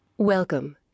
Welcome